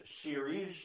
series